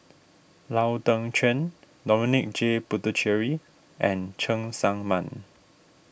Lau Teng Chuan Dominic J Puthucheary and Cheng Tsang Man